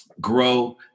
grow